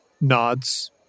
nods